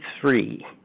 three